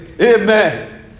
Amen